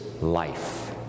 life